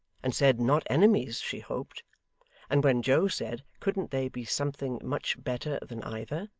and said not enemies she hoped and when joe said, couldn't they be something much better than either,